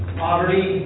poverty